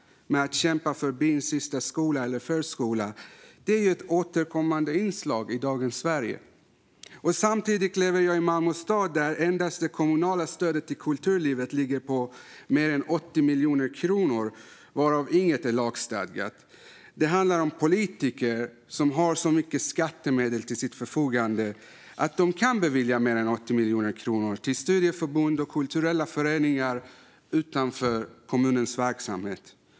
Att kämpa för byns sista skola eller förskola är ett återkommande inslag i dagens Sverige. Samtidigt lever jag i Malmö stad, där endast det kommunala stödet till kulturlivet ligger på mer än 80 miljoner kronor, varav inget är lagstadgat. Det handlar om politiker som har så mycket skattemedel till sitt förfogande att de kan bevilja mer än 80 miljoner kronor till studieförbund och kulturella föreningar utanför kommunens verksamhet.